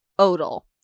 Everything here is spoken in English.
odal